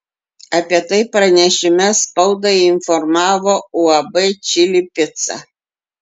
apie tai pranešime spaudai informavo uab čili pica